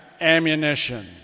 ammunition